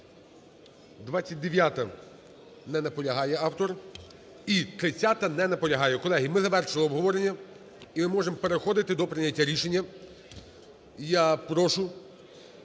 29-а. Не наполягає автор. І 30-а. Не наполягає. Колеги, ми завершили обговорення. І ми можемо переходити до прийняття рішення. І я прошу